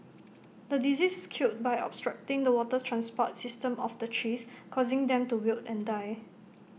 the disease killed by obstructing the water transport system of the trees causing them to wilt and die